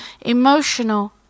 emotional